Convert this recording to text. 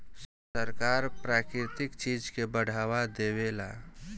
सरकार प्राकृतिक चीज के बढ़ावा देवेला